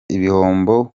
ibihombo